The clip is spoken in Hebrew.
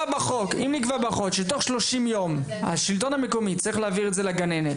בחוק שתוך 30 ימים השלטון המקומי צריך להעביר את זה לגננת,